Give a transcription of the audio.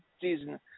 Season